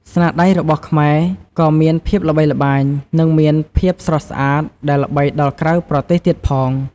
ស្នាដៃរបស់ខ្មែរក៏មានភាពល្បីល្បាញ និងមានភាពស្រស់ស្អាតដែលល្បីដល់ក្រៅប្រទេសទៀតផង។